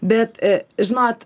bet žinot